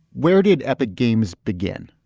where did epic games begin?